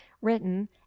written